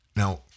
Now